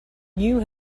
you